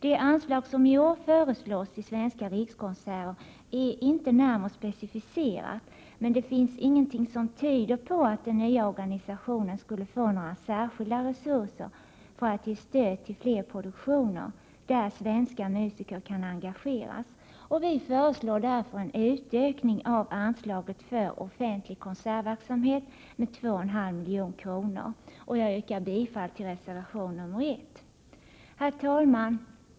Det anslag som i år föreslås till Svenska rikskonserter är inte närmare specificerat. Men det finns ingenting som tyder på att den nya organisationen skulle få några särskilda resurser för att ge stöd till fler produktioner, där svenska musiker kan engageras. Vi föreslår därför en utökning av anslaget för offentlig konsertverksamhet med 2,5 milj.kr. Jag yrkar bifall till reservation nr 1. Herr talman!